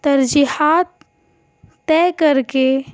ترجیحات طے کر کے